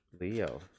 Leo